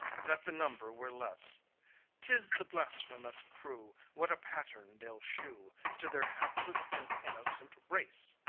that the number were less tis the blasphemous crew what a pattern they'll shew to their hapless and innocent race!